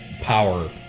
power